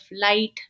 light